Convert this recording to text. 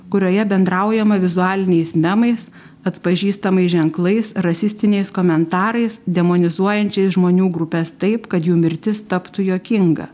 kurioje bendraujama vizualiniais memais atpažįstamais ženklais rasistiniais komentarais demonizuojančiais žmonių grupes taip kad jų mirtis taptų juokinga